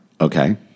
Okay